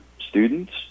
students